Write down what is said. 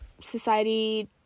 Society